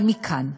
אבל מכאן,